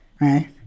right